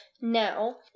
now